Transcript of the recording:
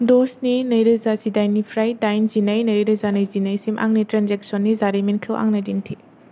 द स्नि नैरोजा जिदाइन निफ्राय दाइन जिनै नैरोजा नैजिनै सिम आंनि ट्रेन्जेकसननि जारिमिनखौ आंनो दिन्थि